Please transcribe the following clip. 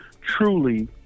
truly